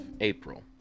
April